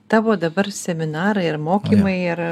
tavo dabar seminarai ir mokymai ir